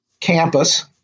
campus